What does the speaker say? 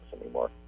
anymore